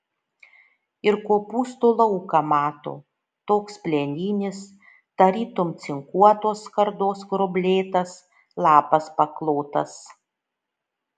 ir kopūstų lauką mato toks plieninis tarytum cinkuotos skardos gruoblėtas lapas paklotas